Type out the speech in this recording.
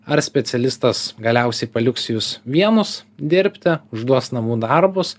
ar specialistas galiausiai paliks jus vienus dirbti užduos namų darbus